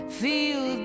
feel